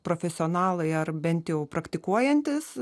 profesionalai ar bent jau praktikuojantys